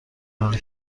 حالی